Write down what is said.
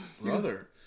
brother